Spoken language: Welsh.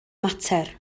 mater